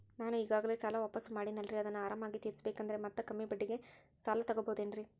ನಾನು ಈಗಾಗಲೇ ಸಾಲ ವಾಪಾಸ್ಸು ಮಾಡಿನಲ್ರಿ ಅದನ್ನು ಆರಾಮಾಗಿ ತೇರಿಸಬೇಕಂದರೆ ಮತ್ತ ಕಮ್ಮಿ ಬಡ್ಡಿಗೆ ಸಾಲ ತಗೋಬಹುದೇನ್ರಿ?